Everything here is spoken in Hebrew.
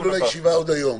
אפילו לישיבה עוד היום,